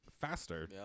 faster